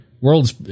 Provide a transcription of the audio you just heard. worlds